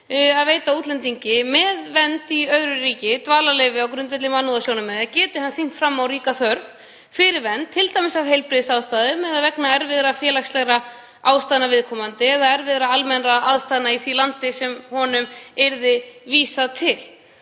að veita útlendingi með vernd í öðru ríki dvalarleyfi á grundvelli mannúðarsjónarmiða geti hann sýnt fram á ríka þörf fyrir vernd, t.d. af heilbrigðisástæðum eða vegna erfiðra félagslegra aðstæðna viðkomandi eða erfiðra almennra aðstæðna í því landi sem honum yrði vísað til.